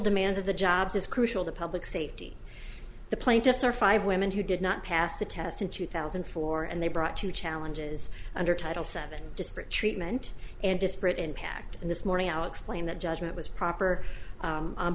demands of the jobs crucial to public safety the plaintiffs are five women who did not pass the test in two thousand and four and they brought two challenges under title seven disparate treatment and disparate impact and this morning our explain that judgment was proper